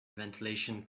ventilation